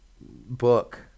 book